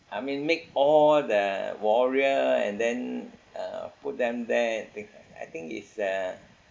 I mean make all the warrior and then uh put them there I think I think it's a